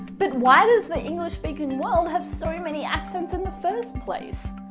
but, why does the english speaking world have so many accents in the first place?